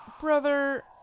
Brother